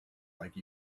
like